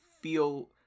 feel